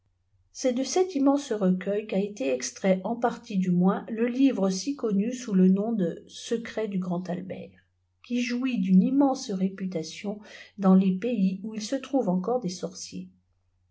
g'et de ce imnense recueil qu'a été ettrait en partie du moinsj le livre si connu sous le nom de secret du grand albert qui jowit d'iwq immpçei rputaliop dans les pays où il se trouva encore des sorciers